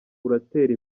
uratera